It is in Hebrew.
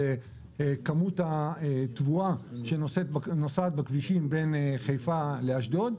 כמות התבואה שנוסעת בכבישים בין חיפה לאשדוד,